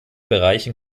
bereichen